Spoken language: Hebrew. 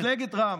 מפלגת רע"מ,